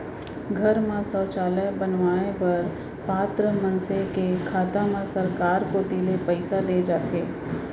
घर म सौचालय बनवाए बर पात्र मनसे के खाता म सरकार कोती ले पइसा दे जाथे